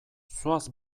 zoaz